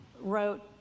wrote